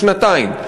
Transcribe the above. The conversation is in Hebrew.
לשנתיים,